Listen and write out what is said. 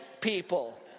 people